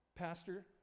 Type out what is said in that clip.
Pastor